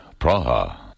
Praha